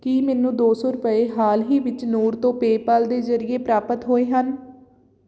ਕੀ ਮੈਨੂੰ ਦੋ ਸੌ ਰੁਪਏ ਹਾਲ ਹੀ ਵਿੱਚ ਨੂਰ ਤੋਂ ਪੇਪਾਲ ਦੇ ਜ਼ਰੀਏ ਪ੍ਰਾਪਤ ਹੋਏ ਹਨ